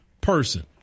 person